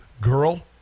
girl